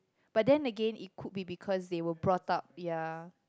but then again it could be because they were brought up yeah